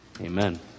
Amen